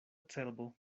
cerbo